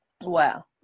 Wow